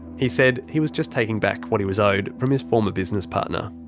he said he was just taking back what he was owed from his former business partner.